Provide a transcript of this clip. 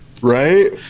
Right